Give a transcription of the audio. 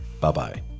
Bye-bye